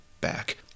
back